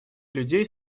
людей